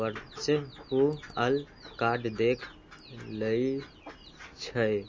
virtual card देख लेई छई